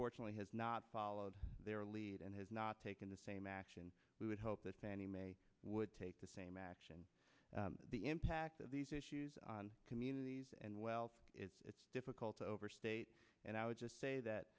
unfortunately has not followed their lead and has not taken the same action we would hope that fannie mae would take the same action the impact of these issues on communities and well it's difficult to overstate and i would just say that